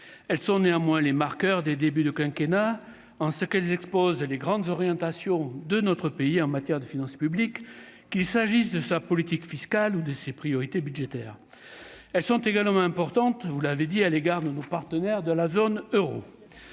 elles sont néanmoins les marqueurs des débuts de quinquennat en ce qu'elles exposent et les grandes orientations de notre pays en matière de finances publiques, qu'il s'agisse de sa politique fiscale ou de ses priorités budgétaires, elles sont également importantes, vous l'avez dit, à l'égard de nos partenaires de la zone Euro,